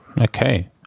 Okay